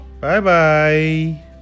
Bye-bye